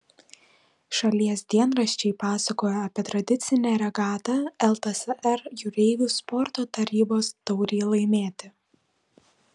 šalies dienraščiai pasakojo apie tradicinę regatą ltsr jūreivių sporto tarybos taurei laimėti